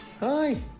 Hi